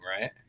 right